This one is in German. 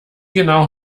genau